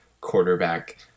quarterback